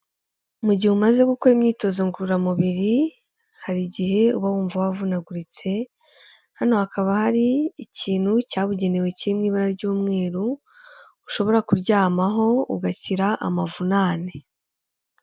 Mu gihe umaze gukora imyitozo ngororamubiri hari igihe uba wumva wavunaguritse. Hano hakaba hari ikintu cyabugenewe kirimo ibara ry'umweru ushobora kuryamaho ugakira amavunane.